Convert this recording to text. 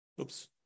Oops